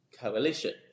coalition